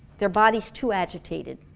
their body's too agitated.